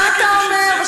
מה אתה אומר.